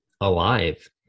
alive